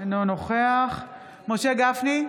אינו נוכח משה גפני,